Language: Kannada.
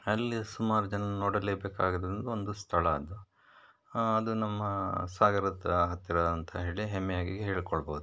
ಅಲ್ಲಿ ಸುಮಾರು ಜನ ನೋಡಲೇ ಬೇಕಾಗಿರುವ ಒಂದು ಸ್ಥಳ ಅದು ಅದು ನಮ್ಮ ಸಾಗರ ಹತ್ತಿರ ಹತ್ತಿರ ಅಂತ ಹೇಳಿ ಹೆಮ್ಮೆಯಾಗಿ ಹೇಳ್ಕೊಳ್ಬೋದು